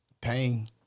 pain